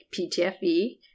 PTFE